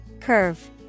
Curve